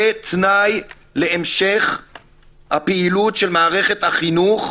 זה תנאי להמשך הפעילות של מערכת החינוך,